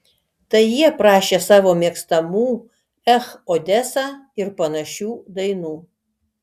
tai jie prašė savo mėgstamų ech odesa ir panašių dainų